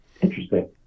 Interesting